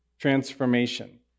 transformation